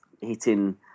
hitting